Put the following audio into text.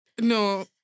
no